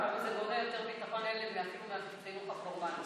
זה בונה יותר ביטחון לילד מאשר החינוך הפורמלי.